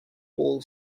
paul